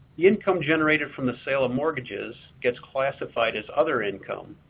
income generated from the sale of mortgages gets classified as other income,